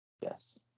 yes